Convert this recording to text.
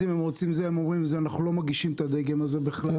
אם הם רוצים זה הם אומרים: אנחנו לא מביאים את הדגם הזה בכלל.